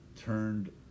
turned